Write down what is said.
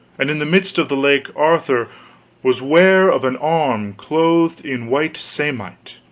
and in the midst of the lake arthur was ware of an arm clothed in white samite,